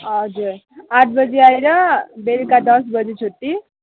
हजुर आठ बजी आएर बेलुका दस बजी छुट्टी